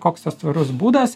koks tas tvarus būdas